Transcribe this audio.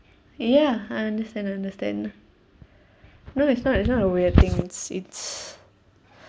ya I understand I understand no it's not it's not a weird thing it's it's